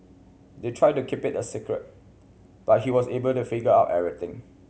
they tried to keep it a secret but he was able to figure out everything